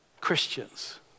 Christians